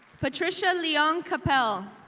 patricia leon capel,